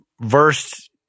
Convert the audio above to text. verse